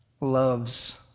loves